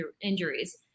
injuries